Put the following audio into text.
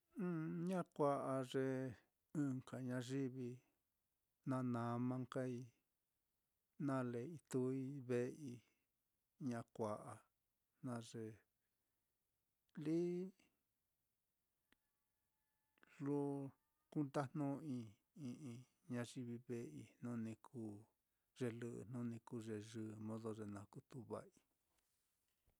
A ña kua'a nka ye ɨ́ɨ́n ñayivi na nama nkai nale ituui ve'ei, ña kua'a, jna ye lii lo kundajnu'ui i'i ñayivi ve'ei jnu ni kuu ye lɨ'ɨ, jnu ni kuu ye yɨmodo ye na kutu va'ai.